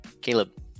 caleb